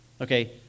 Okay